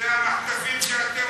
אלה המחטפים שאתם עושים?